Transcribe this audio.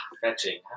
Fetching